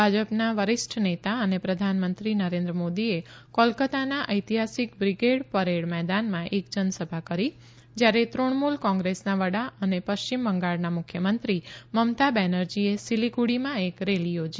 ભાજપના વરિષ્ઠ નેતા અને પ્રધાનમંત્રી નરેન્વ મોદીએ કોલકત્તાના ઐતિહાસિક બ્રિગેડ પરેડ મેદાનમાં એક જનસભા કરી જ્યારે તૃણમૂલ કોંગ્રેસના વડા અને પશ્ચિમ બંગાળના મુખ્યમંત્રી મમતા બેનર્જીએ સીલીગુડીમાં એક રેલી યોજી